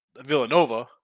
Villanova